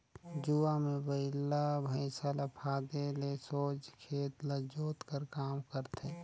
जुवा मे बइला भइसा ल फादे ले सोझ खेत ल जोत कर काम करथे